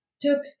took